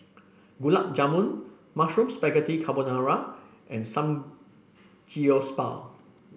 Gulab Jamun Mushroom Spaghetti Carbonara and Samgeyopsal